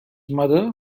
mother